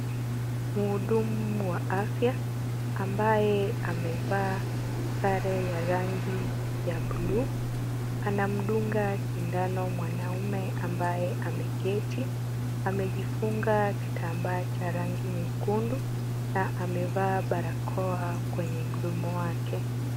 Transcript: Mhudumu wa afya ambaye amevaa sare ya rangi ya buluu, anamdunga sindano mwanaume ambaye ameketi. Amejifunga kitambaa cha rangi nyekundu na amevaa barakoa kwenye mdomo wake.